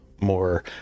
more